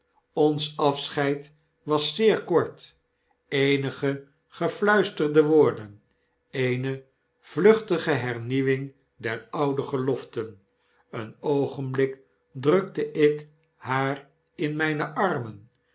ons afscheid was zeer kort eenige gefluisterde woorden eene vluchtige hernieuwing der oude geloften een oogenblik drukte ik haar in myne armen